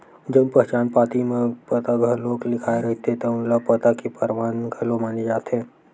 जउन पहचान पाती म पता घलो लिखाए रहिथे तउन ल पता के परमान घलो माने जाथे